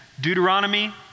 Deuteronomy